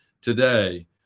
today